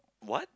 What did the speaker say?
what